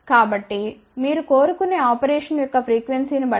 కాబట్టి మీరు కోరుకునే ఆపరేషన్ యొక్క ఫ్రీక్వెన్సీ ని బట్టి